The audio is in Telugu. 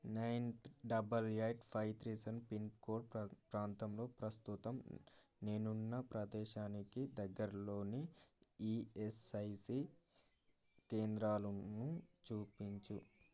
nine double eight five three seven pin code ప్ర ప్రాంతంలో ప్రస్తుతం నేనున్న ప్రదేశానికి దగ్గరలోని ఈఎస్ఐసి కేంద్రాలును చూపించు